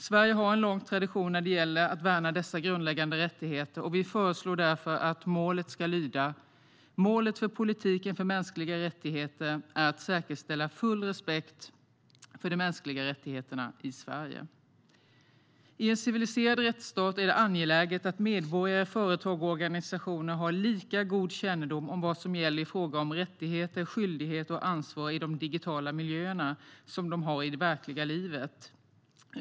Sverige har en lång tradition när det gäller att värna dessa grundläggande rättigheter. Vi föreslår därför att målet ska lyda: Målet för politiken för mänskliga rättigheter ska vara att "säkerställa full respekt för de mänskliga rättigheterna i Sverige". I en civiliserad rättsstat är det angeläget att medborgare, företag och organisationer har lika god kännedom om vad som gäller i fråga om rättigheter, skyldigheter och ansvar i de digitala miljöerna som de har i verkliga livet.